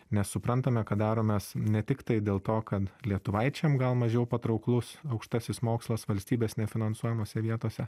nes suprantame kad daromės ne tiktai dėl to kad lietuvaičiam gal mažiau patrauklus aukštasis mokslas valstybės nefinansuojamose vietose